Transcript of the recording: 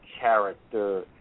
character